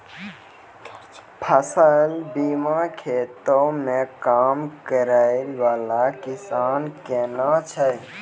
फसल बीमा खेतो मे काम करै बाला किसान किनै छै